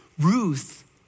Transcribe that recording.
Ruth